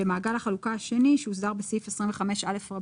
במעגל החלוקה השני שהוסדר בסעיף 25א(א),